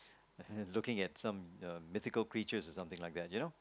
looking at some um mythical creatures or something like that you know